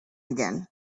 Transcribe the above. again